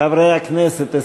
חברי הכנסת,